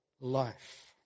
life